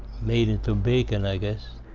made into bacon, i guess.